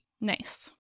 Nice